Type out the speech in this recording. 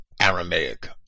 Aramaic